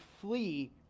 flee